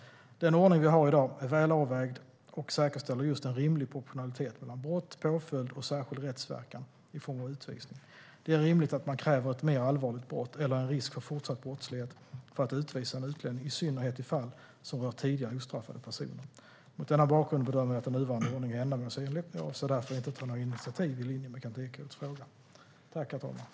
Den ordning vi har i dag är väl avvägd och säkerställer just en rimlig proportionalitet mellan brott, påföljd och särskild rättsverkan i form av utvisning. Det är rimligt att man kräver ett mer allvarligt brott eller en risk för fortsatt brottslighet för att utvisa en utlänning, i synnerhet i fall som rör tidigare ostraffade personer. Mot denna bakgrund bedömer jag att den nuvarande ordningen är ändamålsenlig. Jag avser därför inte att ta några initiativ i linje med Kent Ekeroths fråga.